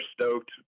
stoked